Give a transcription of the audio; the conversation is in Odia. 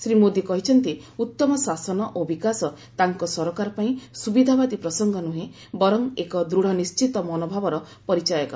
ଶ୍ରୀ ମୋଦି କହିଛନ୍ତି ଉତ୍ତମ ଶାସନ ଓ ବିକାଶ ତାଙ୍କ ସରକାର ପାଇଁ ସୁବିଧାବାଦୀ ପ୍ରସଙ୍ଗ ନୁହେଁ ବର ଏକ ଦୂଢ଼ନିଣ୍ଟିତ ମନୋଭାବର ପରିଚାୟକ